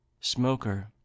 Smoker